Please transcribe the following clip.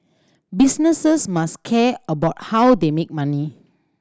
businesses must care about how they make money